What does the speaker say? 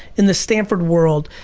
in the stanford world,